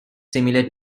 similar